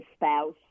spouse